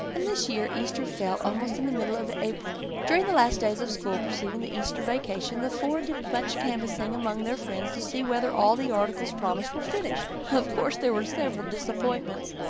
and this year easter fell almost in the middle of april. during the last days of school preceding the easter vacation the four did much canvassing among their friends to see whether all the articles promised were finished. of course there were several disappointments.